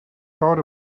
thought